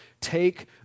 Take